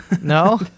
No